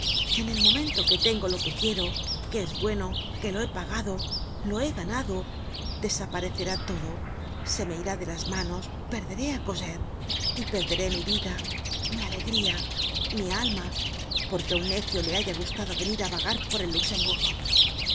en el momento que tengo lo que quiero que es bueno que lo he pagado lo he ganado desaparecerá todo me se irá de las manos perderé á cosette y perderé mi vida mi alegría mi alma porque á un necio le haya gustado venir á vagar por el luxemburgo